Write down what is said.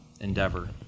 endeavor